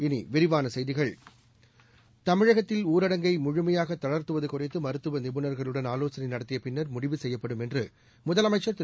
இனி விரிவான செய்திகள் தமிழகத்தில் ஊரடங்கை முழுமையாக தளர்த்துவது குறித்து மருத்துவ நிபுணர்களுடன் ஆலோசனை நடத்திய பின்னர் முடிவு செய்யப்படும் என்று முதலமைச்சர் திரு